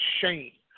shame